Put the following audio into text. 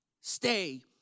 Stay